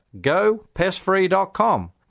GoPestFree.com